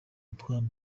intore